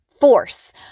force